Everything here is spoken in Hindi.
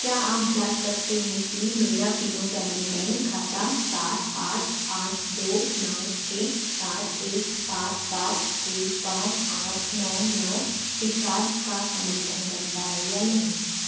क्या आप जाँच सकते हैं कि मेरा फिनो पेमेंट्स बैंक खाता सात आठ आठ दो नौ छः पाँच एक सात पाँच छः पाँच आठ नौ नौ फ़्रीचार्ज का समर्थन करता है या नहीं